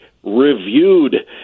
reviewed